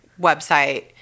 website